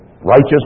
righteous